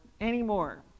anymore